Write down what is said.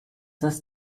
das